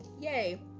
Yay